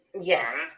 Yes